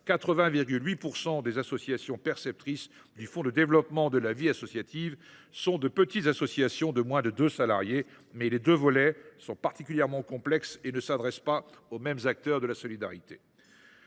80,8 % des bénéficiaires du fonds pour le développement de la vie associative sont des petites associations, qui comptent moins de deux salariés. Mais les deux volets sont particulièrement complexes et ne s’adressent pas aux mêmes acteurs de la solidarité.